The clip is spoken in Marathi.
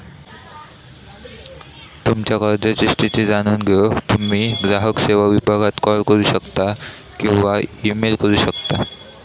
तुमच्यो कर्जाची स्थिती जाणून घेऊक तुम्ही ग्राहक सेवो विभागाक कॉल करू शकता किंवा ईमेल करू शकता